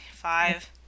Five